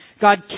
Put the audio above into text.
God